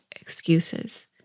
excuses